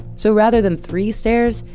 so rather than three stairs,